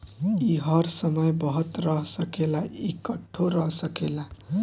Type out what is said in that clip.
ई हर समय बहत रह सकेला, इकट्ठो रह सकेला